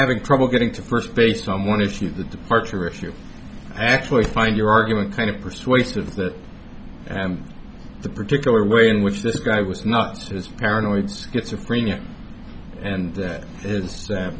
having trouble getting to first base on one issue the departure if you actually find your argument kind of persuasive that the particular way in which this guy was not just as paranoid schizophrenia and